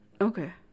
Okay